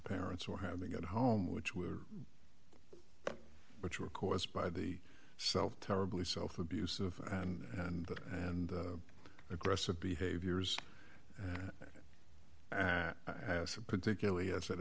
parents were having at home which were which were caused by the self terribly self abusive and and aggressive behaviors and it has a particularly as